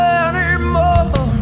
anymore